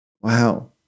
Wow